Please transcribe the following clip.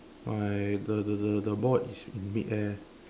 my the the the the boy is in mid air